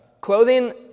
Clothing